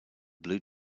blue